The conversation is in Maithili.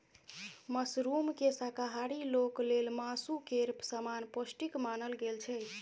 मशरूमकेँ शाकाहारी लोक लेल मासु केर समान पौष्टिक मानल गेल छै